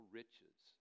riches